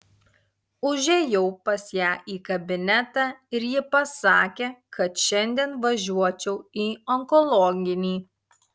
užėjau pas ją į kabinetą ir ji pasakė kad šiandien važiuočiau į onkologinį